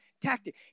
tactic